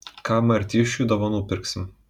ką martyšiui dovanų pirksim